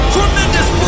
Tremendous